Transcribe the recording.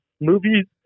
Movies